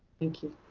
thank you.